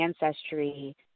ancestry